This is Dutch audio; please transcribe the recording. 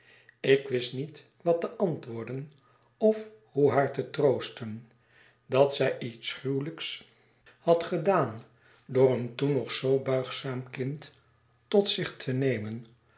ik wist niet wat te antwoorden of hoe haar te troosten dat zij iets gruwelijks had gedaan door een toen nog zoo buigzaam kind tot zich te nemen